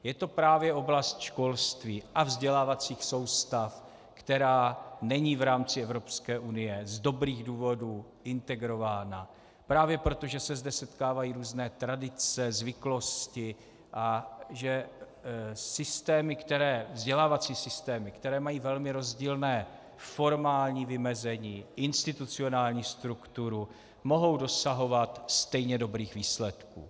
Je to právě oblast školství a vzdělávacích soustav, která není v rámci Evropské unie z dobrých důvodů integrována právě proto, že se zde setkávají různé tradice, zvyklosti a že vzdělávací systémy, které mají velmi rozdílné formální vymezení, institucionální strukturu, mohou dosahovat stejně dobrých výsledků.